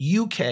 UK